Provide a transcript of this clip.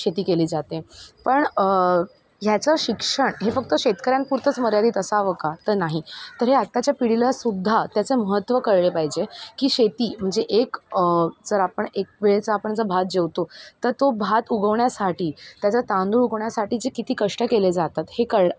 शेती केली जाते पण ह्याचं शिक्षण हे फक्त शेतकऱ्यांपूरच मर्यादित असावं का तं नाही तर हे आत्ताच्या पिढीलासुद्धा त्याचं महत्त्व कळलं पाहिजे की शेती म्हणजे एक जर आपण एक वेळेचा आपण जर भात जेवतो तर तो भात उगवण्यासाठी त्याचं तांदूळ उगवण्यासाठी जे किती कष्ट केले जातात हे कळ